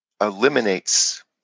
eliminates